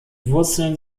wurzeln